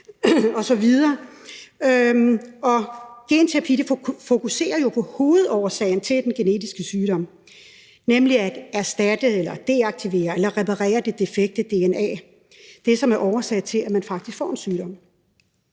osv., og genterapi fokuserer jo på hovedårsagen til den genetiske sygdom ved at erstatte, deaktivere eller reparere det defekte dna, altså det, som er årsag til, at man faktisk får en sygdom.